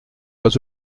pas